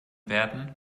werden